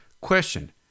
Question